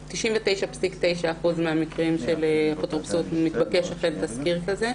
וב-99.9% מהמקרים של אפוטרופסות מתבקש אכן תסקיר כזה.